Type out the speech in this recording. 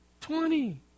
twenty